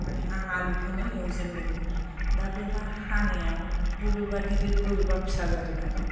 मानि आं आलुखौनो एवजेनदोंमोन दा बेवहाय हानायाव बबेबा गिदिद बबेबा फिसा जादों आरो